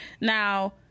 Now